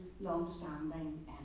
long-standing